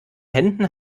händen